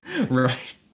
Right